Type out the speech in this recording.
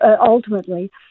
ultimately